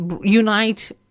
unite